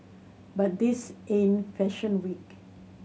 but this ain't fashion week